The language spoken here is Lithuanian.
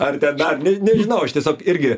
ar dar ne nežinau aš tiesiog irgi